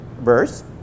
verse